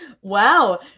wow